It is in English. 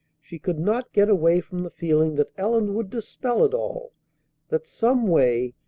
she could not get away from the feeling that ellen would dispel it all that someway,